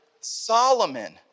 Solomon